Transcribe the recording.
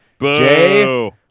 Jay